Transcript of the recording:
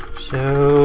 so